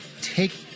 take